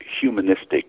humanistic